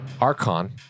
Archon